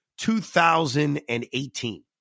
2018